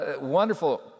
wonderful